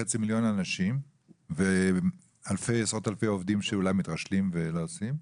מיליון אנשים ועשרות אלפי עובדים שאולי מתרשלים ולא עושים,